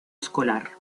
escolar